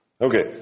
Okay